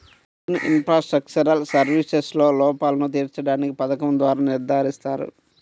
urban infrastructural సర్వీసెస్లో లోపాలను తీర్చడానికి పథకం ద్వారా నిర్ధారిస్తారు